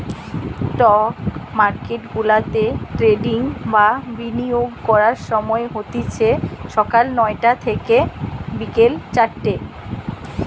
stock মার্কেটগুলাতে trading বা বিনিয়োগ করার সময় হতিছে সকাল নয়টা থিকে বিকেল চারটে